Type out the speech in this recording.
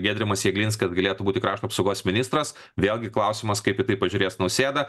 giedrimas jeglinskas galėtų būti krašto apsaugos ministras vėlgi klausimas kaip į tai pažiūrės nausėda